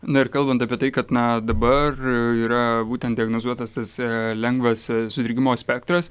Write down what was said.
na ir kalbant apie tai kad na dabar yra būtent diagnozuotas tarsi lengvas sudirgimo spektras